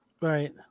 right